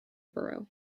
borough